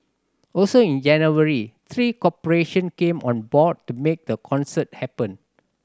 also in January three corporation came on board to make the concert happen